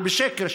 ובשקר,